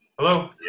Hello